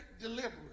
deliberate